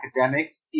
academics